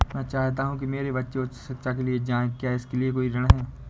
मैं चाहता हूँ कि मेरे बच्चे उच्च शिक्षा के लिए जाएं क्या इसके लिए कोई ऋण है?